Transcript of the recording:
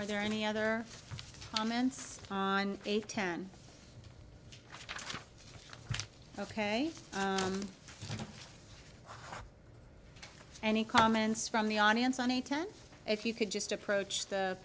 are there any other comments on eight ten ok any comments from the audience on a ten if you could just approach the